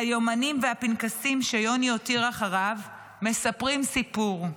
היומנים והפנקסים שיוני הותיר אחריו מספרים סיפור,